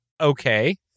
Okay